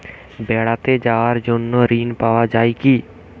বেড়াতে যাওয়ার জন্য ঋণ পাওয়া যায় কি?